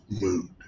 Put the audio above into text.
mood